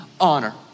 honor